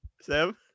sam